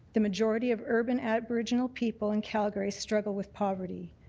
the majority of urban aboriginal people in calgary struggle with poverty.